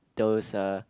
those uh